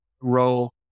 role